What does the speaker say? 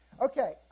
Okay